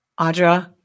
Audra